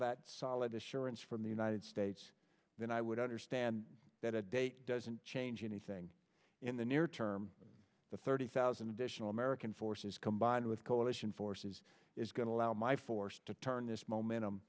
that solid assurance from the united states then i would understand that a date doesn't change anything in the near term the thirty thousand additional american forces combined with coalition forces is going to allow my forced to turn this momentum